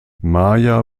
maja